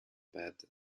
bed